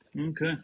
Okay